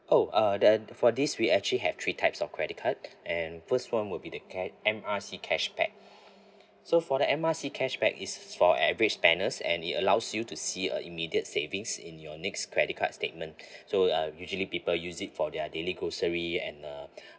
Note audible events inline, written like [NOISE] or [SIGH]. oh uh the for this we actually have three types of credit card and first one will be the cash~ M R C cashback [BREATH] so for the M R C cashback is for average banners and it allows you to see a immediate savings in your next credit card statement [BREATH] so uh usually people use it for their daily grocery and uh [BREATH]